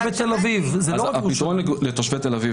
הפתרון לתושבי תל אביב